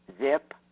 zip